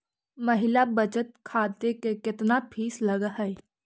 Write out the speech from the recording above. महिला बचत खाते के केतना फीस लगअ हई